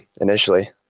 initially